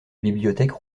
bibliothèque